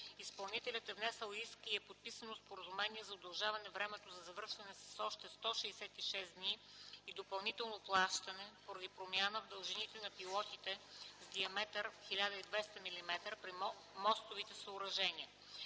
Изпълнителят е внесъл иск и е подписано споразумение за удължаване на времето за завършване с още 166 дни и допълнително плащане поради промяна в дължината на пилотите с диаметър 1200 мм при мостовите съоръжения.